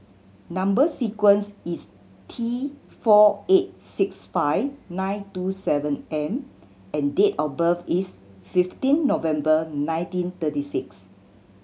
number sequence is T four eight six five nine two seven M and date of birth is fifteen November nineteen thirty six